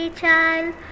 child